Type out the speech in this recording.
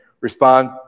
respond